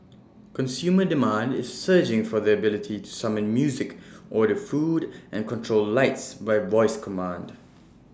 consumer demand is surging for the ability to summon music order food and control lights by voice commands